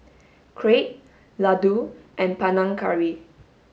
crepe Ladoo and Panang Curry